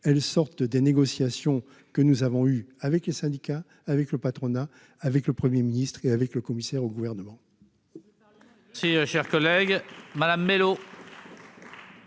elles sortent des négociations que nous avons eu avec les syndicats avec le patronat avec le 1er ministre et avec le commissaire au gouvernement.